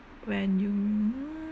when you mm